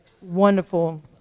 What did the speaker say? wonderful